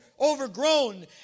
overgrown